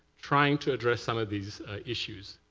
trying to address some of these issues.